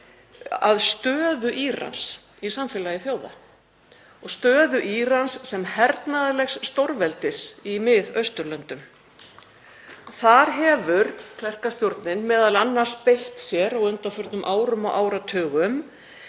stöðu Írans í samfélagi þjóða og stöðu Írans sem hernaðarlegs stórveldis í Miðausturlöndum. Þar hefur klerkastjórnin m.a. beitt sér á undanförnum árum og áratugum